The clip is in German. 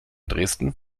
dresden